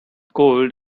cold